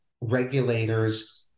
regulators